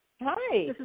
Hi